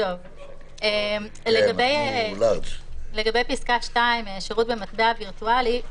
לגבי פסקה (2)- שירות במטבע וירטואלי,